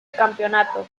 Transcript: campeonato